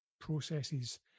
processes